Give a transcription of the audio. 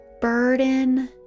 burden